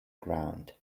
ground